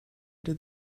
did